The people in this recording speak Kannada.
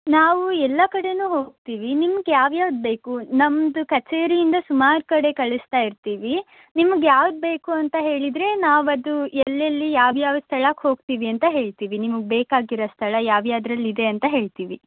ನಾವು ಎಲ್ಲ ಕಡೆಯೂ ಹೋಗ್ತೀವಿ ನಿಮಗೆ ಯಾವ ಯಾವುದು ಬೇಕು ನಮ್ಮದು ಕಛೇರಿಯಿಂದ ಸುಮಾರು ಕಡೆ ಕಳಿಸ್ತಾ ಇರ್ತೀವಿ ನಿಮಗೆ ಯಾವುದು ಬೇಕು ಅಂತ ಹೇಳಿದರೆ ನಾವದು ಎಲ್ಲೆಲ್ಲಿ ಯಾವ ಯಾವ ಸ್ಥಳಕ್ಕೆ ಹೋಗ್ತೀವಿ ಅಂತ ಹೇಳ್ತೀವಿ ನಿಮಗೆ ಬೇಕಾಗಿರೋ ಸ್ಥಳ ಯಾವು ಯಾವುದ್ರಲ್ಲಿ ಇದೆ ಅಂತ ಹೇಳ್ತೀವಿ